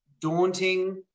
daunting